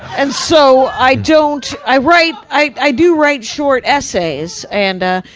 and so, i don't, i write, i i do write short essays and ah,